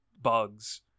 bugs